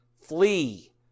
Flee